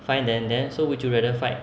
find then then so would you rather fight